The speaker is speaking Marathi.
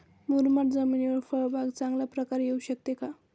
मुरमाड जमिनीवर फळबाग चांगल्या प्रकारे येऊ शकते का?